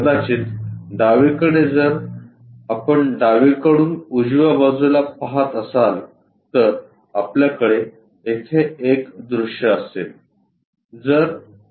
कदाचित डावीकडे जर आपण डावीकडून उजव्या बाजूला पहात असाल तर आपल्याकडे येथे एक दृश्य असेल